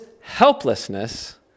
helplessness